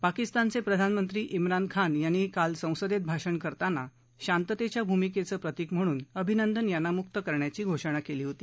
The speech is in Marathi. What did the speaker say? पाकिस्तानचे प्रधानमंत्री चिन खान यांनी काल संसदेत भाषण करताना शांततेच्या भूमिकेचं प्रतिक म्हणून अभिनंदन यांना मुक्त करण्याची घोषणा केली होती